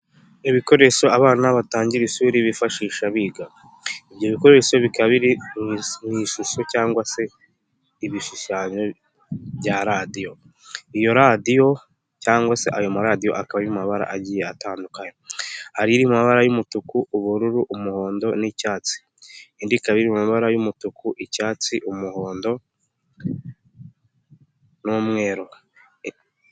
Ibikoresho abana batangira ishuri bifashisha biga, ibyo bikoresho bikaba biri mu ishusho cyangwa se ibishushanyo bya radiyo, iyo radiyo cyangwa se ayo maradiyo akaba ari mu mabara agiye ari amabara y'umutuku, ubururu, umuhondo n'icyatsi, indi ika iri mu mabara y'umutuku, icyatsi, umuhondo n'umweru.